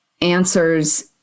answers